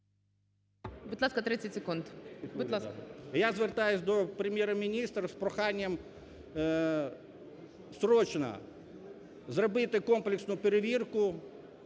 Будь ласка. ДУБІНІН О.І. Я звертаюсь до Прем'єр-міністра з проханням срочно зробити комплексну перевірку